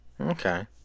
Okay